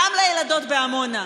גם לילדות בעמונה.